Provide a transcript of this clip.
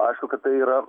aišku kad tai yra